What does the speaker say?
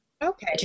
Okay